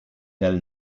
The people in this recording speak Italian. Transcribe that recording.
del